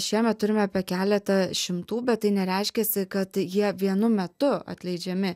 šiemet turime apie keletą šimtų bet tai nereiškiasi kad jie vienu metu atleidžiami